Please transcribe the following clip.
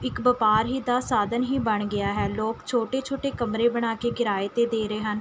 ਇੱਕ ਵਪਾਰ ਹੀ ਦਾ ਸਾਧਨ ਹੀ ਬਣ ਗਿਆ ਹੈ ਲੋਕ ਛੋਟੇ ਛੋਟੇ ਕਮਰੇ ਬਣਾ ਕੇ ਕਿਰਾਏ 'ਤੇ ਦੇ ਰਹੇ ਹਨ